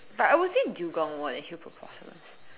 but I would say dugong more than hippopotamus